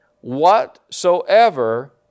whatsoever